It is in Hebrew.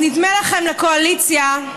אז נדמה לכם, לקואליציה,